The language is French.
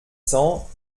cents